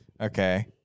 Okay